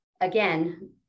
again